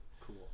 Cool